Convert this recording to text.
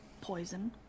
poison